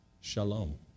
shalom